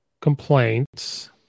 complaints